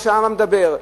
מה שהעם מדבר.